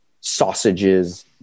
sausages